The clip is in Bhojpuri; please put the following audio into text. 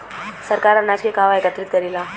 सरकार अनाज के कहवा एकत्रित करेला?